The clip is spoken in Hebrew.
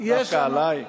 דווקא עלי?